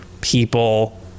people